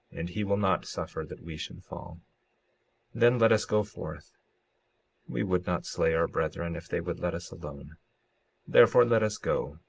and he will not suffer that we should fall then let us go forth we would not slay our brethren if they would let us alone therefore let us go,